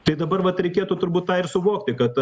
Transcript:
tai dabar vat reikėtų turbūt tą ir suvokti kad